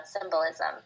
symbolism